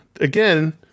Again